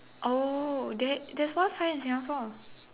oh that there's one sign in Singapore